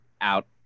out